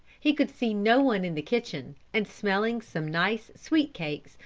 he could see no one in the kitchen, and smelling some nice sweet-cakes,